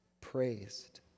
praised